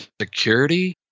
security